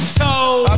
toe